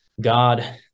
God